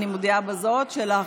אני מודיעה בזאת,